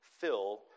fill